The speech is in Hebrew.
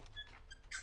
מבקש